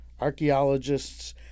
Archaeologists